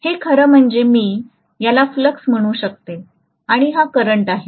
हे खरं म्हणजे मी याला फ्लक्स म्हणू शकते आणि हा करंट आहे